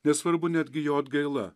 nesvarbu netgi jo atgaila